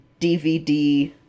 DVD